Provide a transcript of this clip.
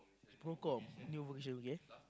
Procom new vocation okay